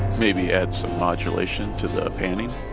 maybe add some modulation to the panning